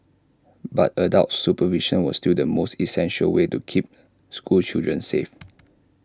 but adult supervision was still the most essential way to keep school children safe